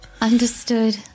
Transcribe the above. Understood